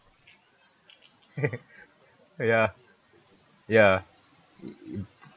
ya ya